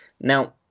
Now